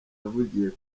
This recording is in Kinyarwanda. yavugiye